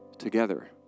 Together